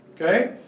okay